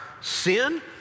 sin